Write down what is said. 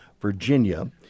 Virginia